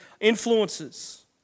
influences